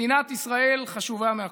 מדינת ישראל חשובה מהכול.